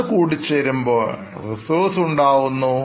അത് കൂടിച്ചേരുമ്പോൾ Reservesഉണ്ടാകുന്നു